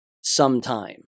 sometime